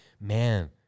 man